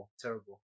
terrible